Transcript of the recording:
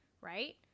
right